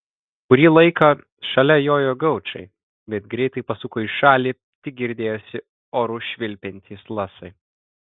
kurį laiką šalia jojo gaučai bet greitai pasuko į šalį tik girdėjosi oru švilpiantys lasai